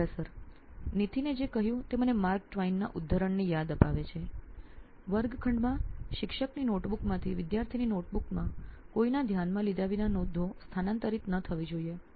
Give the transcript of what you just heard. પ્રાધ્યાપક નિથિને જે કહ્યું તે મને માર્ક ટ્વાઇનના ઉદ્ધરણની યાદ અપાવે છે વર્ગખંડમાં શિક્ષકની નોટબુકમાંથી વિદ્યાર્થીની નોટબુકમાં કોઈના ધ્યાનમાં લીધા વિના નોંધો સ્થાનાંતરિત ન થવી જોઈએ